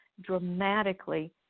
dramatically